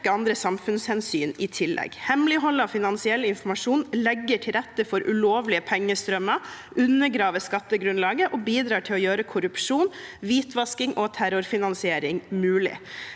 andre samfunnshensyn i tillegg. Hemmelighold av finansiell informasjon legger til rette for ulovlige pengestrømmer, undergraver skattegrunnlaget og bidrar til å gjøre korrupsjon, hvitvasking og terrorfinansiering mulig.